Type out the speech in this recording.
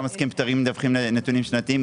עוסקים פטורים מדווחים נתונים שנתיים,